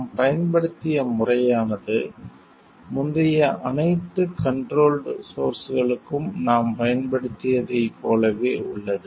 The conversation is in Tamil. நாம் பயன்படுத்திய முறையானது முந்தைய அனைத்து கண்ட்ரோல்ட் சோர்ஸ்களுக்கும் நாம் பயன்படுத்தியதைப் போலவே உள்ளது